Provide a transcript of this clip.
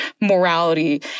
morality